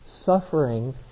suffering